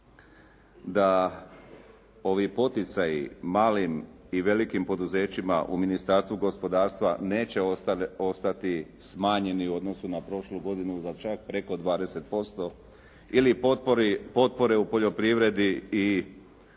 da ovi poticaji malim i velikim poduzećima u Ministarstvu gospodarstva neće ostati smanjeni u odnosu na prošlu godinu za čak preko 20% ili potpore u poljoprivredi i ribarstvu